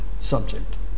subject